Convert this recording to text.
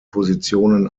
positionen